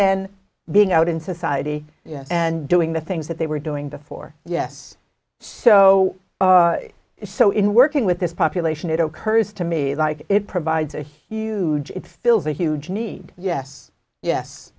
then being out in society and doing the things that they were doing before yes so so in working with this population it occurs to me like it provides a huge it fills a huge need yes yes